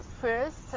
first